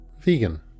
Vegan